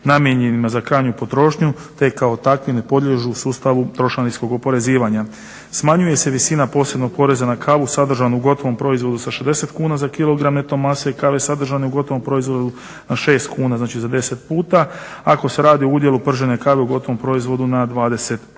namijenjenima za krajnju potrošnju te kao takvi ne podliježu sustavu trošarinskog oporezivanja. Smanjuje se visina posebnog poreza na kavu sadržanog u gotovom proizvodu sa 60 kn za kg neto mase i kave sadržane u gotovom proizvodu na 6 kuna, znači za 10 puta. Ako se radi o udjelu pržene kave u gotovom proizvodu na 20